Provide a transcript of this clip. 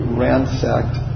ransacked